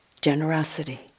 generosity